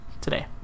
today